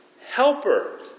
helper